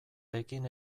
pekin